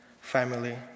family